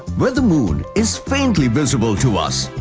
where the moon is faintly visible to us.